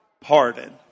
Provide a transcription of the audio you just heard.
pardon